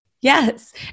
Yes